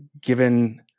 given